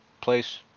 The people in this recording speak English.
place